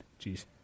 jeez